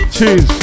Cheers